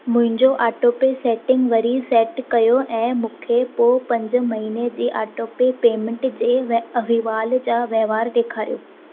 मुंहिंजो autopay setting वरी set कयो ऐं मूंखे पोइ पंज महिने जी ऑटोपे पेमेंट जे अहिवाल जा वहिंवार ॾेखारियो